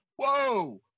whoa